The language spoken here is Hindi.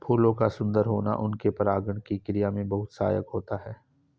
फूलों का सुंदर होना उनके परागण की क्रिया में बहुत सहायक होता है